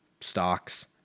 Stocks